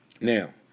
Now